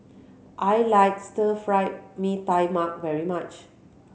I like Stir Fried Mee Tai Mak very much